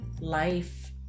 life